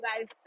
guys